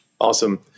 Awesome